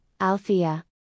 Althea